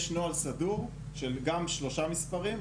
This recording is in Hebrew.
יש נוהל סדור של גם שלושה מספרים,